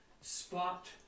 spot